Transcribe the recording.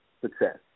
success